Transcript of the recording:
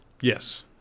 Yes